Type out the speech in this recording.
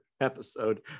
episode